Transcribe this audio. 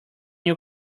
your